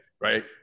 Right